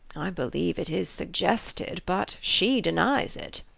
i believe it is suggested but she denies it.